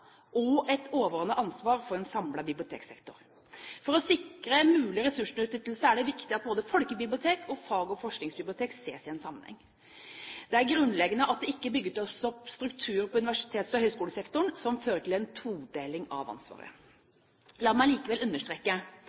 og et overordnet ansvar for en samlet biblioteksektor. For å sikre en mulig ressursutnyttelse er det viktig at både folkebibliotek og fag- og forskningsbibliotek ses i sammenheng. Det er grunnleggende at det ikke bygges opp strukturer på universitets- og høyskolesektoren som fører til en todeling av ansvaret. La meg likevel understreke